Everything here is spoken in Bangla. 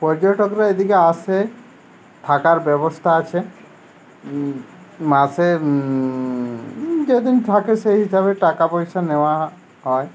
পর্যটকরা এদিকে আসে থাকার ব্যবস্থা আছে মাসে যেদিন থাকে সেই হিসাবে টাকা পয়সা নেওয়া হয়